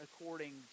according